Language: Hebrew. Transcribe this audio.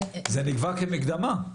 זה ניגבה כמקדמה.